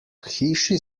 hiši